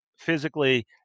physically